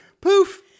Poof